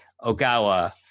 Ogawa